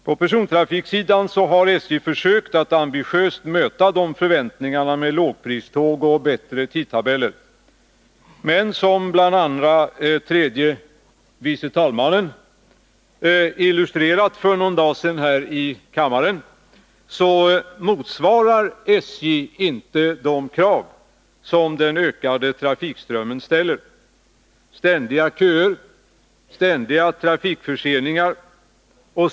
På persontrafiksidan har SJ försökt att ambitiöst möta de förväntningarna med lågpriståg och bättre tidtabeller, men som bl.a. tredje vice talmannen illustrerade för någon dag sedan här i kammaren motsvarar SJ inte de krav som den ökade trafikströmmen ställer. Ständiga köer, ständiga trafikförseningar.